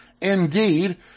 Indeed